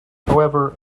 however